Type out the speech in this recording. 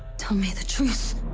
tell me the truth!